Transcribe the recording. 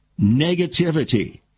negativity